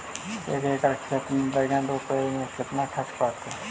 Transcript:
एक एकड़ खेत में बैंगन रोपे में केतना ख़र्चा पड़ जितै?